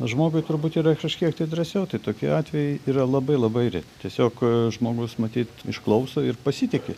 žmogui turbūt yra kažkiek tai drąsiau tai tokie atvejai yra labai labai reti tiesiog žmogus matyt išklauso ir pasitiki